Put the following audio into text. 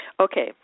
Okay